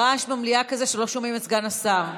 הרעש במליאה הוא כזה שלא שומעים את סגן השר,